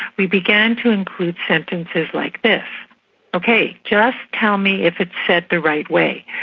we began to include sentences like this okay just tell me if it's said the right way.